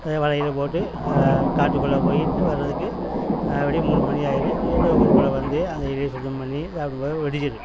அது வலை கிலை போட்டு காட்டுக்குள்ளே போயிட்டு வரதுக்கு எப்படியும் மூணு மணி ஆயிடுது அடுத்து ஊருக்குள்ளே வந்து அந்த இதை சுத்தம் பண்ணி சாப்பிடும்போது விடிஞ்சிடும்